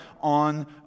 on